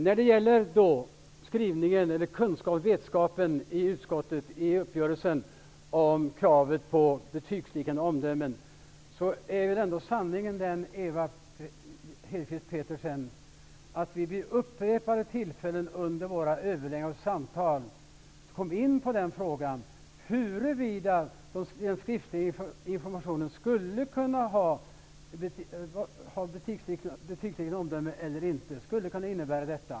När det gäller det krav som finns i betänkandets skrivning på betygsliknande omdömen är sanningen den att vi vid upprepade tillfällen vid våra överläggningar och samtal kom in på frågan, om den skriftliga informationen skulle kunna innebära ett betygsliknande omdöme eller inte.